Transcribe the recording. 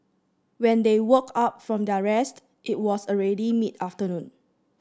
when they woke up from their rest it was already mid afternoon